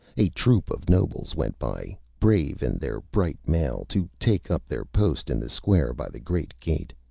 a troop of nobles went by, brave in their bright mail, to take up their post in the square by the great gate.